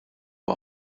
war